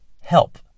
Help